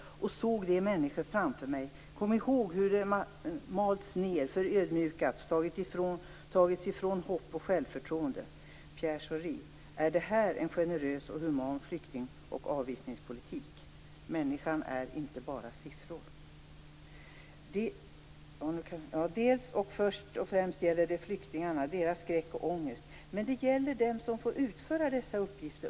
Jag såg de här människorna framför mig, och kom ihåg hur de malts ned, förödmjukats och blivit fråntagna hopp och självförtroende. Pierre Schori! Är det här en generös och human flykting och avvisningspolitik? Människan är inte bara siffror. Dels, och först och främst, gäller detta flyktingarna och deras skräck och ångest. Men det gäller också dem som får utföra dessa uppgifter.